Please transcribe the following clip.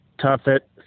Tuffet